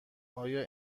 آیا